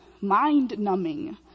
mind-numbing